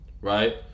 Right